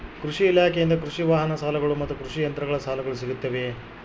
ಕೃಷಿ ಇಲಾಖೆಯಿಂದ ಕೃಷಿ ವಾಹನ ಸಾಲಗಳು ಮತ್ತು ಕೃಷಿ ಯಂತ್ರಗಳ ಸಾಲಗಳು ಸಿಗುತ್ತವೆಯೆ?